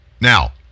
Now